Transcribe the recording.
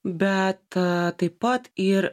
bet taip pat ir